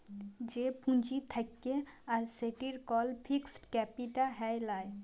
যে পুঁজি থাক্যে আর সেটির কল ফিক্সড ক্যাপিটা হ্যয় লায়